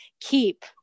keep